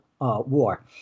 War